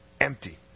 empty